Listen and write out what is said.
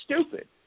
stupid